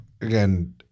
again